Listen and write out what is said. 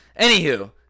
anywho